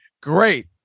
Great